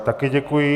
Také děkuji.